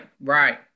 Right